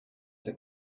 did